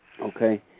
okay